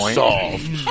solved